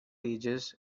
ages